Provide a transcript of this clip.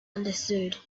understood